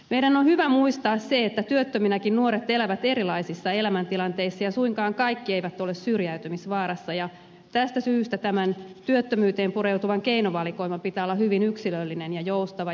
meidän on hyvä muistaa se että työttöminäkin nuoret elävät erilaisissa elämäntilanteissa ja suinkaan kaikki eivät ole syrjäytymisvaarassa ja tästä syystä tämän työttömyyteen pureutuvan keinovalikoiman pitää olla hyvin yksilöllinen ja joustava